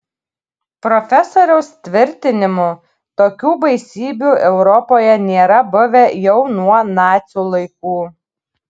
profesoriaus tvirtinimu tokių baisybių europoje nėra buvę jau nuo nacių laikų